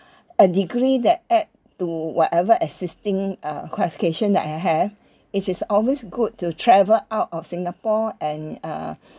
a degree that add to whatever existing uh qualification that I have it is always good to travel out of singapore and uh